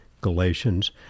Galatians